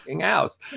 house